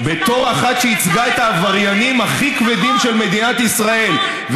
בתור אחת שייצגה את העבריינים הכי כבדים של מדינת ישראל.